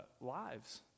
lives